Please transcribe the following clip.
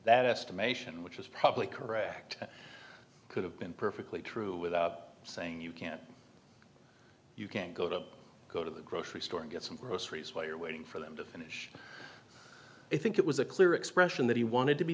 that estimation which is probably correct could have been perfectly true without saying you can't you can't go to go to the grocery store get some groceries while you're waiting for them to finish i think it was a clear expression that he wanted to be